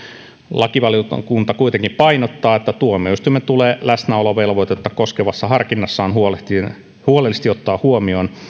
lakivaliokunta kuitenkin painottaa että tuomioistuimen tulee läsnäolovelvoitetta koskevassa harkinnassaan huolellisesti ottaa huomioon